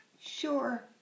sure